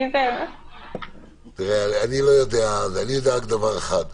אני יודע רק דבר אחד,